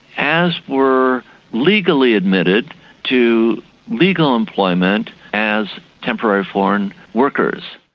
as were legally admitted to legal employment as temporary foreign workers.